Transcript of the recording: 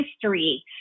history